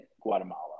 Guatemala